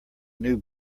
new